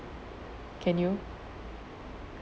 can you